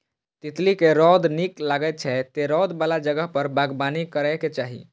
तितली कें रौद नीक लागै छै, तें रौद बला जगह पर बागबानी करैके चाही